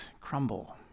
crumble